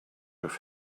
have